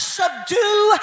subdue